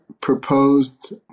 proposed